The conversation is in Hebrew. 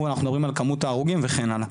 כשאנחנו מדברים על כמות ההרוגים וכן הלאה.